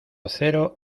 cero